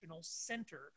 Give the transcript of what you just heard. center